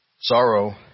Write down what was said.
Sorrow